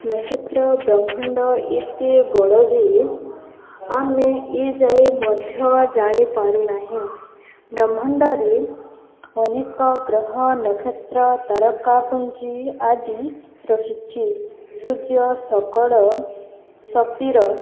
ନକ୍ଷତ୍ର ବ୍ରହ୍ମାଣ୍ଡ ଏତେ ବଡ଼ ଯେ ଆମେ ଏଇ ଯାଏଁ ମଧ୍ୟ ଜାଣିପାରୁନାହିଁ ବ୍ରହ୍ମାଣ୍ଡରେ ଅନେକ ଗ୍ରହ ନକ୍ଷତ୍ର ତାରକା ପୁଞ୍ଜି ଆଦି ରହିଛି ସୂର୍ଯ୍ୟ ସକଳ ଶକ୍ତିର